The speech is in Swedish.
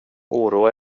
oroa